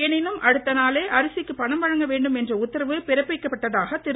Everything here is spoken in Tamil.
எனினும் அடுத்த நாளே அரிசிக்கு பணம் வழங்க வேண்டும் என்று உத்தரவு பிறப்பிக்கப்பட்டதாக திரு